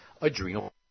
adrenal